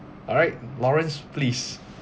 alright lawrence please